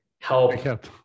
help